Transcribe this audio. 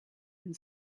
and